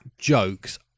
jokes